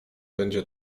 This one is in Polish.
będzie